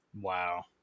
Wow